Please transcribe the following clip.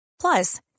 Plus